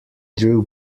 drew